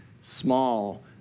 small